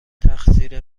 تقصیر